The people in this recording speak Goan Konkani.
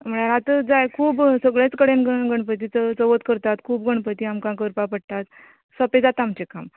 म्हळ्यार आतां जाय खूब सगळेच कडेन गण गणपतीचो चवथ करता खूब गणपती आमकां करपा पडटात सोंपें जाता आमचे काम